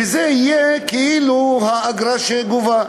וזה יהיה כאילו האגרה שגובים?